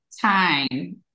time